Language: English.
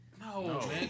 No